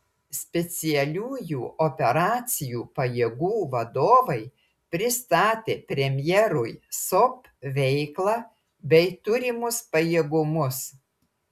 specialiųjų operacijų pajėgų vadovai pristatė premjerui sop veiklą bei turimus pajėgumus